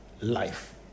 life